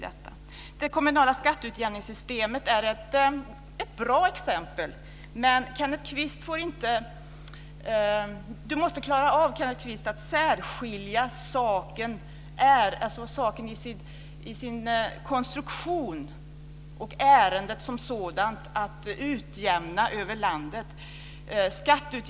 Det kommunala skatteutjämningssystemet är ett bra exempel, men Kenneth Kvist måste klara att särskilja saken i sin konstruktion och ärendet som sådant, att utjämna över landet.